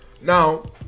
Now